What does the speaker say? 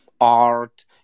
art